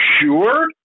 sure